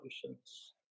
solutions